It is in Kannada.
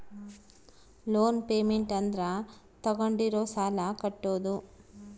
ಲೋನ್ ಪೇಮೆಂಟ್ ಅಂದ್ರ ತಾಗೊಂಡಿರೋ ಸಾಲ ಕಟ್ಟೋದು